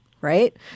right